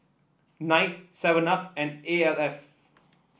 knight Seven Up and A L F